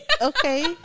okay